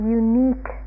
unique